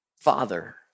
Father